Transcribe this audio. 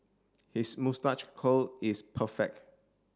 his moustache curl is perfect